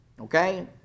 Okay